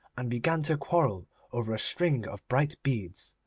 and began to quarrel over a string of bright beads.